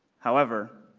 however,